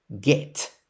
get